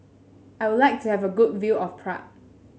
I would like to have a good view of Prague